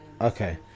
okay